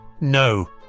No